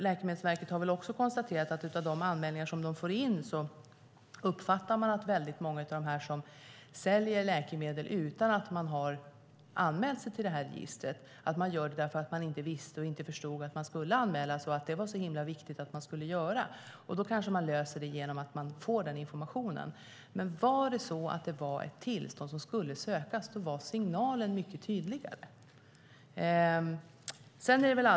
Läkemedelsverket har konstaterat att de av de anmälningar som de får in uppfattar att många av dem som säljer läkemedel innan de har anmält sig till registret gör det därför att de inte visste och inte förstod att de skulle anmäla sig. De förstod inte att det var så himla viktigt. Då kanske man löser det genom att man får den informationen. Men om man var tvungen att söka tillstånd skulle signalen vara mycket tydligare.